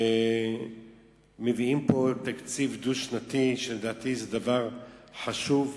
ומביאים פה תקציב דו-שנתי, ולדעתי זה דבר חשוב.